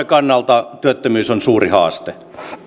kannalta työttömyys on suuri haaste